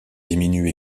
diminue